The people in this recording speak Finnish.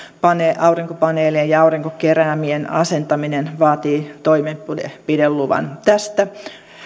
aurinkopaneelien ja aurinkokeräimien asentaminen vaatii toimenpideluvan tästä